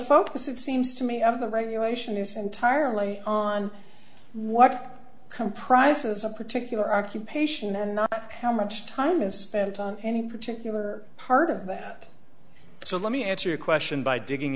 focus it seems to me of the regulation is entirely on what comprises a particular occupation and not how much time is spent on any particular part of that so let me answer your question by digging